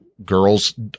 Girls